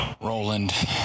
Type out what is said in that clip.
Roland